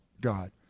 God